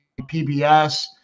PBS